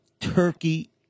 turkey